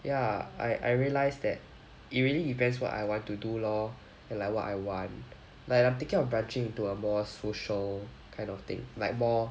ya I I realised that it really depends what I want to do lor and like what I want like I'm thinking of branching into a more social kind of thing like more